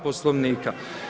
Poslovnika.